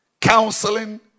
counseling